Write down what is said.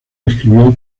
escribió